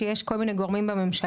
שיש כל מיני גורמים בממשלה,